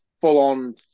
full-on